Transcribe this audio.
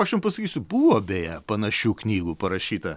aš jum pasakysiu buvo beje panašių knygų parašyta